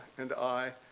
and i,